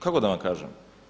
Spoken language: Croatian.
Kako da vam kažem?